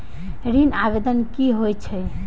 ऋण आवेदन की होय छै?